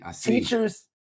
teachers